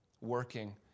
Working